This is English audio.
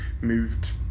moved